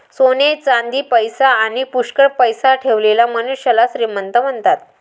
सोने चांदी, पैसा आणी पुष्कळ पैसा ठेवलेल्या मनुष्याला श्रीमंत म्हणतात